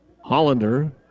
Hollander